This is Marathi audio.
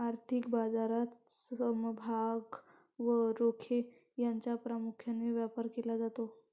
आर्थिक बाजारात समभाग व रोखे यांचा प्रामुख्याने व्यापार केला जातो